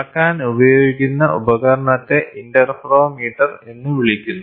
അളക്കാൻ ഉപയോഗിക്കുന്ന ഉപകരണത്തെ ഇന്റർഫെറോമീറ്റർ എന്ന് വിളിക്കുന്നു